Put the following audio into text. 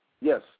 Yes